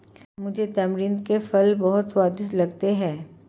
मुझे तमरिंद के फल बहुत स्वादिष्ट लगते हैं